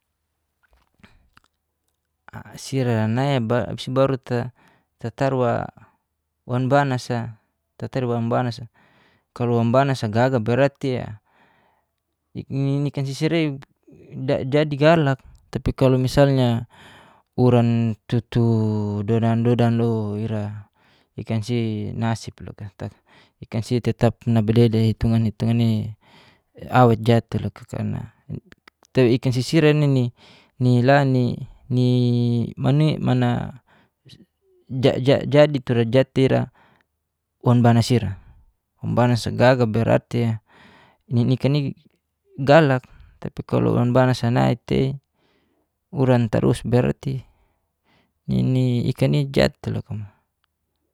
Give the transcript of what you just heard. Asi ira nai baru tatarua wan banasa kalu ambana sagaga berarti inikan sisirei jadi galak tapi kalu misalnya uran tutu dodan-dodanlu ira i'kan si nasibloka i'kan si tetap nableda hitungan-hitungan nai awetja tei loka karna tei i'kan sisira nini nilani jadi tura jatira wanbanasira wanbanasa gaga berarti nikani galak tapi kalu wanbanasa nai tei uran tarus berarti nini i'kan nija tai loka.